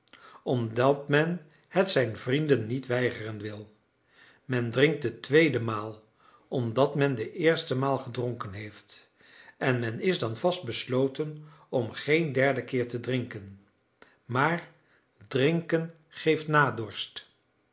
omdat men het zijn vrienden niet weigeren wil men drinkt de tweede maal omdat men de eerste maal gedronken heeft en men is dan vast besloten om geen derden keer te drinken maar drinken geeft nadorst